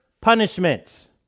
punishment